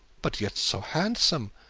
but yet so handsome!